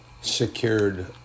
secured